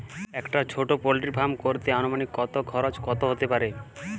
একটা ছোটো poultry farm করতে আনুমানিক কত খরচ কত হতে পারে?